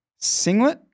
singlet